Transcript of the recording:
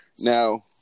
Now